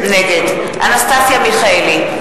נגד אנסטסיה מיכאלי,